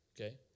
Okay